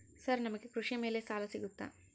Sir ನಮಗೆ ಕೃಷಿ ಮೇಲೆ ಸಾಲ ಸಿಗುತ್ತಾ?